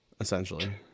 Essentially